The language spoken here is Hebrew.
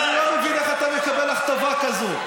אני לא מבין איך אתה מקבל הכתבה כזאת.